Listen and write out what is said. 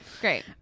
great